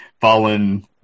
fallen